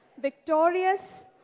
victorious